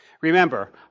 Remember